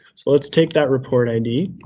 so let's take that report id,